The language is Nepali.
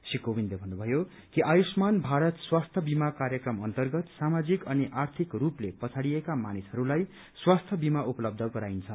श्री कोविन्दले भत्रुभयो कि आयुष्मान भारत स्वास्थ्य बिमा कार्यक्रम अन्तर्गत सामाजित अनि आर्थिक रूपले पछाड़िएका मानिसहरूलाई स्वास्थ्य बिमा उपलब्ध गराइन्छ